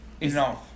enough